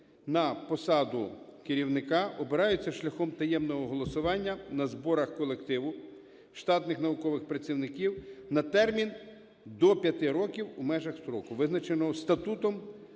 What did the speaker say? на посаду керівника обираються шляхом таємного голосування на зборах колективу штатних наукових працівників на термін до 5 років у межах строку, визначеного статутом